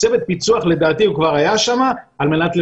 שצוות הפיצוח לדעתי הוא כבר היה שם על מנת לטפל.